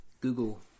Google